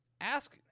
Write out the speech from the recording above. ask